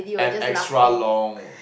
and extra long